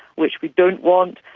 which we don't want,